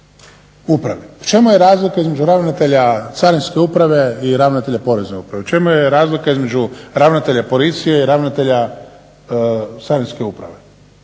U čemu je razlika između ravnatelja Carinske uprave i ravnatelja Porezne uprave, u čemu je razlika između ravnatelja Policije i ravnatelja Carinske uprave.